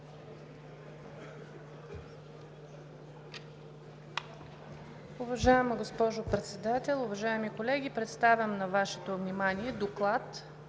Уважаема госпожо Председател, уважаеми колеги! Представям на Вашето внимание „ДОКЛАД